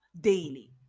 daily